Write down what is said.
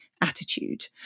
attitude